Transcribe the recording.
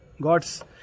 God's